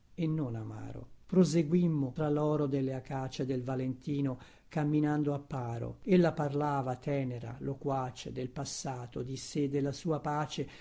e non amaro proseguimmo tra toro delle acace del valentino camminando a paro ella parlava tenera loquace del passato di sè della sua pace